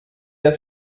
der